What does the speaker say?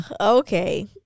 Okay